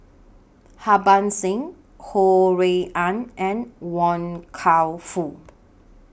Harbans Singh Ho Rui An and Wan Kam Fook